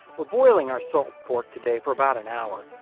we're boiling our salt pork today for about an hour.